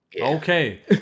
okay